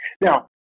Now